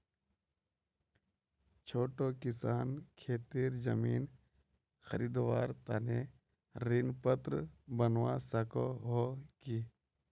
छोटो किसान खेतीर जमीन खरीदवार तने ऋण पात्र बनवा सको हो कि?